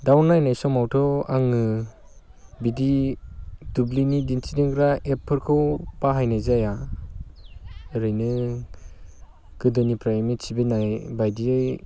दाउ नायनाय समावथ' आङो बिदि दुब्लिनि दिन्थिग्रा एपफोरखौ बाहायनाय जाया ओरैनो गोदोनिफ्राय मिथिबोनाय बायदियै